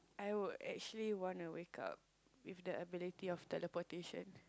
I would actually want to wake up with the ability of teleportation